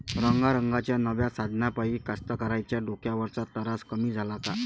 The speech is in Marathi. रंगारंगाच्या नव्या साधनाइपाई कास्तकाराइच्या डोक्यावरचा तरास कमी झाला का?